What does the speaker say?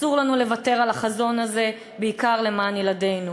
אסור לנו לוותר על החזון הזה, בעיקר למען ילדינו.